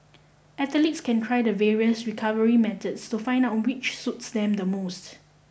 athletes can try the various recovery methods to find out which suits them the most